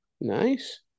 nice